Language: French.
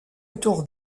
autour